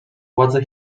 władze